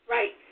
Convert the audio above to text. Right